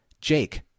Jake